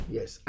Yes